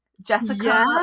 Jessica